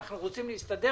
אנחנו רוצים להסתדר,